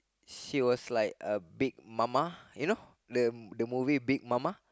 she was like a Big Mama you know the the movie Big Mama